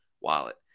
wallet